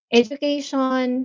education